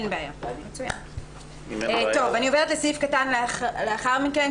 אני עוברת לסעיף קטן לאחר מכן.